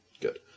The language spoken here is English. Good